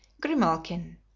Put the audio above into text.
Grimalkin